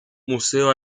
museo